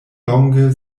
longe